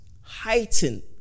heighten